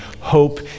Hope